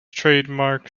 trademark